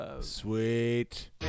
Sweet